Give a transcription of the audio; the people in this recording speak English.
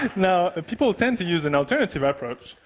now people tend to use an alternative approach,